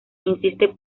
insiste